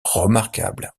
remarquables